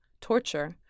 torture